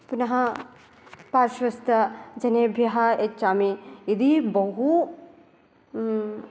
पुनः पार्श्वस्थजनेभ्यः यच्छामि यदि बहु